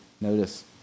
notice